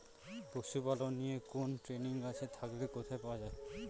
পশুপালন নিয়ে কোন ট্রেনিং আছে থাকলে কোথায় পাওয়া য়ায়?